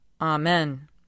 Amen